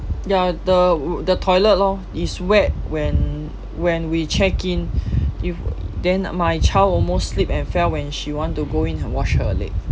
ya the w~ the toilet lor is wet when when we check in yo~ then my child almost slipped and fell when she want to go in and wash her leg